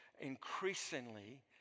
increasingly